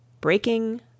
Breaking